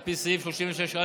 על פי סעיף 36א(ב)